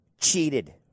cheated